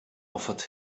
offered